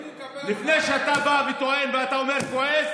לפני שאתה בא וטוען ואומר שאתה כועס,